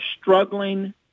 struggling